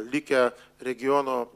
likę regiono